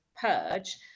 purge